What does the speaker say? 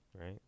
Right